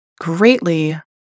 greatly